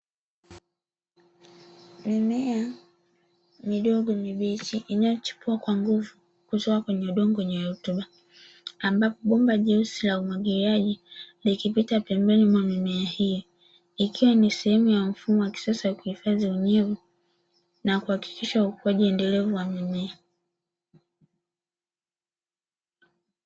mimea midogo mibichi inayochipua kwa nguvu kutoka kwenye udongo wenye rutuba ambapo bomba jeusi la umwagiliaji likipita pembeni mwa mimea hiyo, ikiwa ni sehemu ya mfumo wa kisasa wa kuhifadhi unyevu na kuhakikisha ukuaji endelevu wa mimea.